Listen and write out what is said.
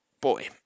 Boy